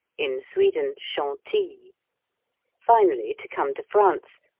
in sweden chantilly. finally, to come to france,